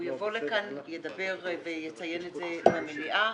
הוא יבוא לכאן, ידבר ויציין את זה במליאה.